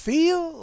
Feel